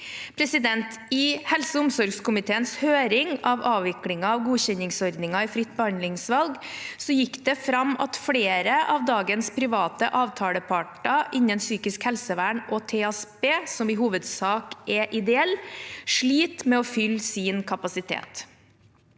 I helse- og omsorgskomiteens høring om avviklingen av godkjenningsordningen i fritt behandlingsvalg gikk det fram at flere av dagens private avtaleparter innen psykisk helsevern og tverrfaglig spesialisert rusbehandling, TSB, som i hovedsak er ideelle, sliter med å fylle sin kapasitet.